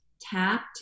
tapped